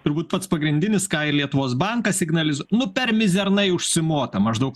turbūt pats pagrindinis ką ir lietuvos bankas signaliz nu per mizernai užsimota maždaug